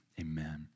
Amen